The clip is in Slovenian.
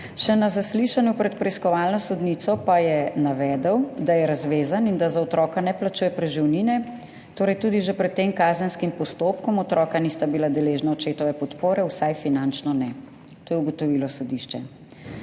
Še na zaslišanju pred preiskovalno sodnico pa je navedel, da je razvezan in da za otroka ne plačuje preživnine. Torej, tudi že pred tem kazenskim postopkom otroka nista bila deležna očetove podpore. Vsaj finančno ne. To je ugotovilo sodišče.